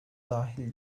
dahil